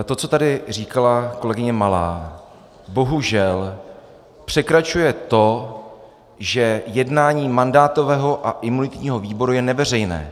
To, co tady říkala kolegyně Malá, bohužel překračuje to, že jednání mandátového a imunitního výboru je neveřejné.